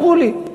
אמרו לי,